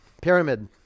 Pyramid